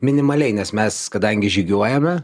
minimaliai nes mes kadangi žygiuojame